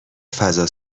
فضا